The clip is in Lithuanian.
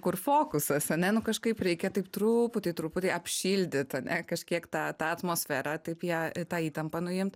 kur fokusas ane nu kažkaip reikia taip truputį truputį apšildyt ar ne kažkiek tą tą atmosferą taip ją tą įtampą nuimt